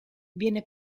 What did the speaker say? viene